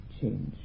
change